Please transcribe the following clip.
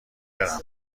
برم